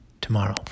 tomorrow